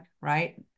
right